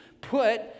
put